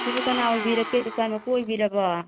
ꯁꯤꯕꯨ ꯀꯅꯥ ꯑꯣꯏꯕꯤꯔꯒꯦ ꯗꯨꯀꯥꯟ ꯃꯄꯨ ꯑꯣꯏꯕꯤꯔꯕꯣ